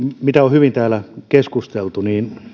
mistä on hyvin täällä keskusteltu